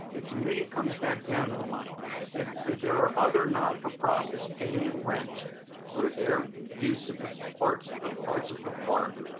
it to me. it comes back down to the money if if there are other not for profits paying rent for their use of the parts of parts of the park.